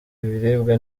ibiribwa